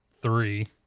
three